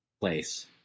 place